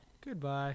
Goodbye